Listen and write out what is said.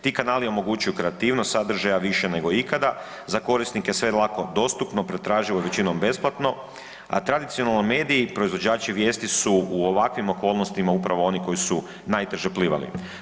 Ti kanali omogućuju kreativnost sadržaja više nego ikada, za korisnike je sve lako dostupno, pretraživo većinom besplatno, a tradicionalno mediji proizvođači vijesti su u ovakvim okolnostima upravo oni koji su najteže plivali.